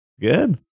Good